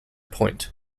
point